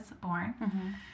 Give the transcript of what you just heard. born